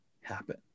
happen